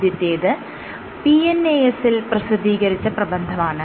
ആദ്യത്തേത് PNAS ൽ പ്രസിദ്ധീകരിച്ച പ്രബന്ധമാണ്